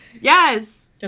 yes